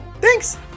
Thanks